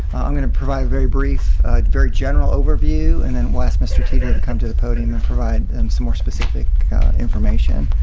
i'm going to provide a very brief very general overview and then we'll ask mr to to and come to the podium and provide some more specific information.